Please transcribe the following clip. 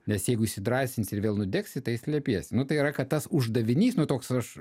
nes jeigu įsidrąsinsi ir vėl nudegsi tai slepiesi nu tai yra kad tas uždavinys nu toks aš